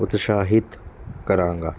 ਉਤਸ਼ਾਹਿਤ ਕਰਾਂਗਾ